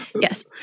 yes